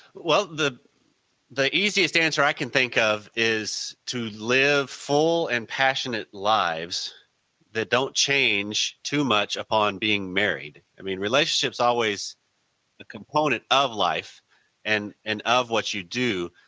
well the the easiest answer i can think of is to live full and passionate lives that don't change too much upon being married. i mean relationships are always a component of life and and of what you do,